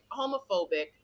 homophobic